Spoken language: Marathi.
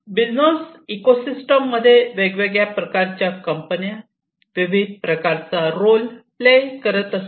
बिझनेस इकोसिस्टम मध्ये वेगवेगळ्या प्रकारच्या कंपन्या विविध प्रकारचा रोल प्ले करत असतात